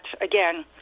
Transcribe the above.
again